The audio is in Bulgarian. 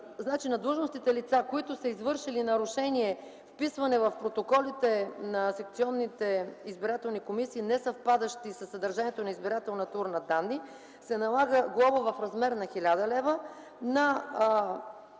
за длъжностните лица, които са извършили нарушение – вписване в протоколите на секционните избирателни комисии, несъвпадащи със съдържанието на избирателната урна данни, се налага глоба в размер на 1000 лв. На